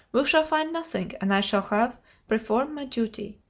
we shall find nothing, and i shall have performed my duty.